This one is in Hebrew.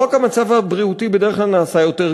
לא רק המצב הבריאותי נעשה בדרך כלל יותר